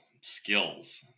skills